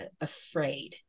afraid